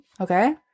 Okay